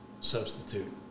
substitute